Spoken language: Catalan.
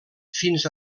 fins